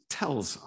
tells